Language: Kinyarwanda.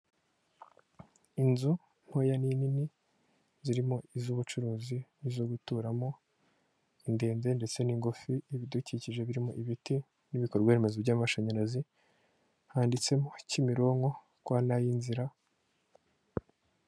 Inzu ntoya n'inini zirimo iz'ubucuruzi n'izo guturamo indende ndetse n'ingufi ibidukikije birimo ibiti n'ibikorwaremezo by'amashanyarazi handitsemo Kimironko kwanayinzira.